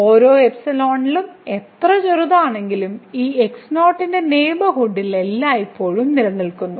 ഓരോ എപ്സിലോണിനും എത്ര ചെറുതാണെങ്കിലും ഈ x0 ന്റെ നെയ്ബർഹുഡിൽ എല്ലായ്പ്പോഴും നിലനിൽക്കുന്നു